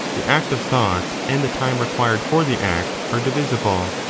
the act of thought and the time required for the act, are divisible,